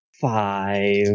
Five